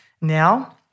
Now